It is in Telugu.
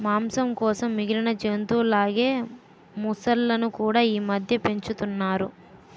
మాంసం కోసం మిగిలిన జంతువుల లాగే మొసళ్ళును కూడా ఈమధ్య పెంచుతున్నారు